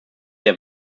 der